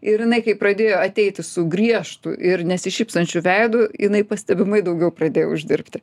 ir jinai kai pradėjo ateiti su griežtu ir nesišypsančiu veidu jinai pastebimai daugiau pradėjo uždirbti